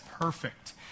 perfect